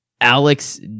alex